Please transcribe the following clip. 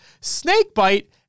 Snakebite